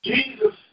Jesus